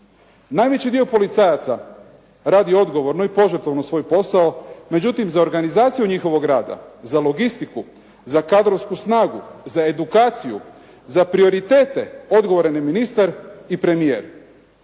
Najveći dio policajaca radi odgovorno i požrtvovno svoj posao. Međutim, za organizaciju njihovog rada, za logistiku, za kadrovsku snagu, za edukaciju, za prioritete odgovoran je ministar i premijer.